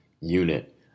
unit